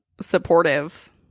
supportive